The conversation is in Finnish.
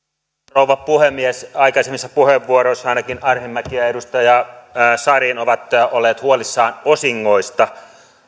rouva puhemies aikaisemmissa puheenvuoroissa ainakin edustaja arhinmäki ja ja edustaja marin ovat olleet huolissaan osingoista